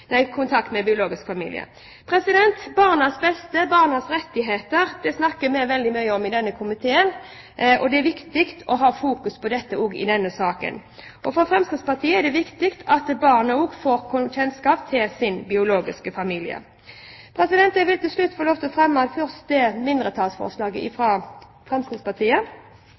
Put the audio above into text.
Barnas beste og barnas rettigheter snakker vi veldig mye om i denne komiteen, og det er viktig å ha fokus på dette også i denne saken. For Fremskrittspartiet er det viktig at barnet også får god kjennskap til sin biologiske familie. Til slutt vil jeg få lov til å fremme mindretallsforslaget fra Fremskrittspartiet.